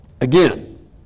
again